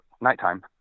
nighttime